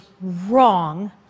wrong